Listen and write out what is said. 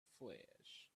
flesh